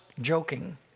joking